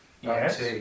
Yes